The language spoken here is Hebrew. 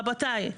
רבותי,